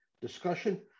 discussion